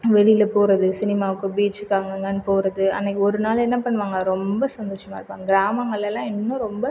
வெளியில் போவது சினிமாக்கு பீச்சுக்கு அங்கங்கேன்னு போவது அன்றைக்கு ஒரு நாள் என்ன பண்ணுவாங்க ரொம்ப சந்தோஷமாக இருப்பாங்க கிராமங்கள்லாம் இன்னும் ரொம்ப